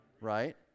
Right